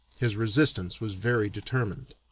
his resistance was very determined.